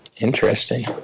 Interesting